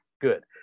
good